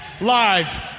Live